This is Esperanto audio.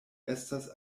estas